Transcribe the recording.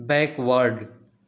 backward